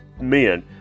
men